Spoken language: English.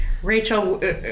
rachel